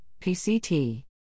PCT